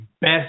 best